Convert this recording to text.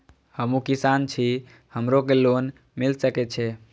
हमू किसान छी हमरो के लोन मिल सके छे?